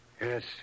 Yes